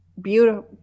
Beautiful